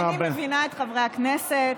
אני מבינה את חברי הכנסת,